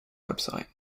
website